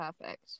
perfect